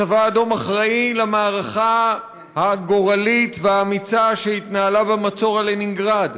הצבא האדום אחראי למערכה הגורלית והאמיצה שהתנהלה במצור על לנינגרד.